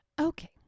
Okay